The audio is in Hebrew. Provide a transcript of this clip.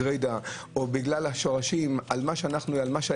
ארץ ישראל גרידא או בגלל השורשים על מה שהיהדות,